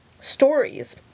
stories